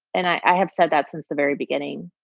and i have said that since the very beginning.